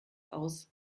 aus